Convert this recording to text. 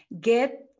Get